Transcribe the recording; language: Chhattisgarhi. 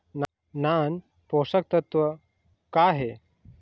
नान पोषकतत्व का हे?